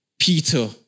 Peter